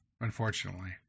Unfortunately